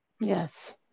yes